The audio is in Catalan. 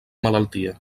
malaltia